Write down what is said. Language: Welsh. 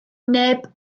neb